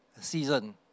season